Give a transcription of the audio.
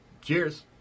cheers